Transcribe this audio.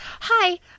Hi